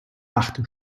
achte